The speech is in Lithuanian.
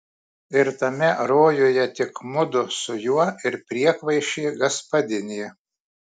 ir tame rojuje tik mudu su juo ir priekvaišė gaspadinė